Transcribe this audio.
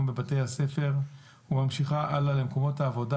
בבתי הספר וממשיכה הלאה למקומות העבודה,